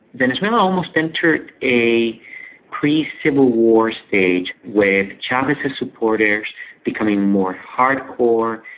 venezuela almost entered a pre-civil war stage with chavez's supporters becoming more hard-core,